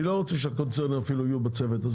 אני לא רוצה שהקונצרנים יהיו בצוות הזה,